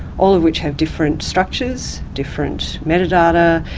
all of which have different structures, different metadata,